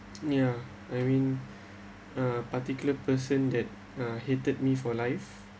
ya I mean uh particular person that uh hated me for life